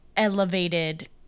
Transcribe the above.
elevated